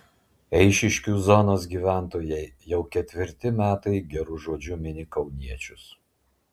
eišiškių zonos gyventojai jau ketvirti metai geru žodžiu mini kauniečius